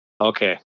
okay